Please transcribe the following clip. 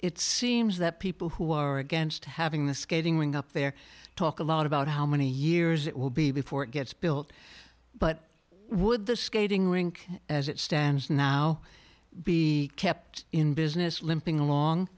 it seems that people who are against having the skating ring up there talk a lot about how many years it will be before it gets built but would the skating rink as it stands now be kept in business limping along